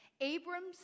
Abram's